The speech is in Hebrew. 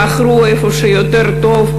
בחרו איפה שיותר טוב,